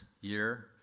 year